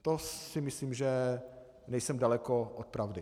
To si myslím, že nejsem daleko od pravdy.